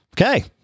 Okay